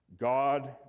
God